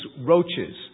roaches